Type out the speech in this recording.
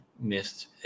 missed